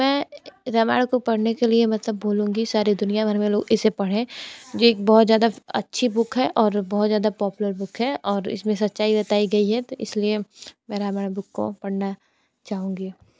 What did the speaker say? तो मैं रामायण को पढ़ने के लिए मतलब बोलूँगी सारी दुनिया भर में लोग इसे पढ़ें ये एक बहुत ज़्यादा अच्छी बुक है और बहुत ज़्यादा पॉपुलर बुक है और इसमें सच्चाई बताई गई है तो इस लिए मैं रामायण बुक को पढ़ना चाहूँगी